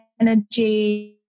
energy